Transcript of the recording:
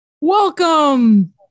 welcome